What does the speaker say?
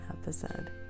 episode